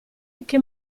che